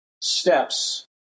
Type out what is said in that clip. steps